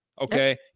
okay